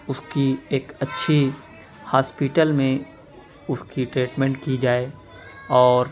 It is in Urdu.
اس کی ایک اچھی ہاسپیٹل میں اس کی ٹریٹمینٹ کی جائے اور